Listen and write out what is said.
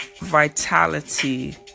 vitality